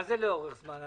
מה זה לאורך זמן?